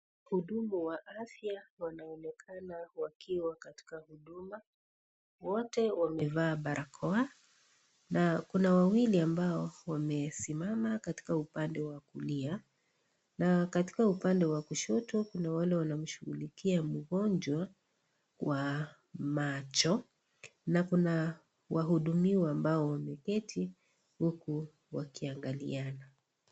Wahudumu wa afya, wanaonekana wakiwa katika huduma. Wote wamevaa balakoa na kuna wawili ambao wamesimama katika upande wa kulia, na katika upande wa kushoto, kuna wale wanaomshughulikia mgonjwa wa macho, na kuna wahudumiwa ambao wameketi huku wakiangaliana.